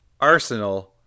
Arsenal